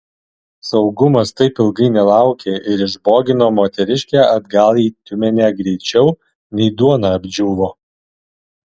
saugumas taip ilgai nelaukė ir išbogino moteriškę atgal į tiumenę greičiau nei duona apdžiūvo